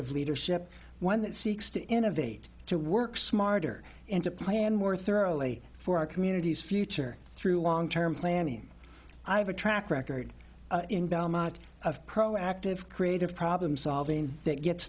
of leadership one that seeks to innovate to work smarter and to plan more thoroughly for our communities future through long term planning i have a track record in belmont of proactive creative problem solving that gets